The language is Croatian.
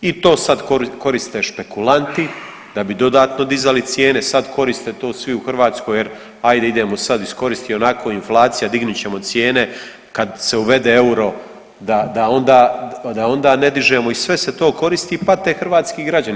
I to sad koriste špekulanti da bi dodatno dizali cijene, sad koriste to svi u Hrvatskoj jer ajde idemo sad iskoristiti, ionako inflacija dignut ćemo cijene kad se uvede euro da onda, da onda ne dižimo i sve se to koristi, pate hrvatski građani.